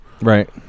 Right